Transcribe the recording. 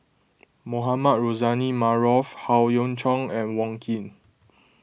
Mohamed Rozani Maarof Howe Yoon Chong and Wong Keen